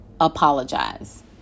apologize